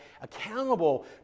accountable